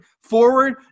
forward